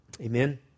Amen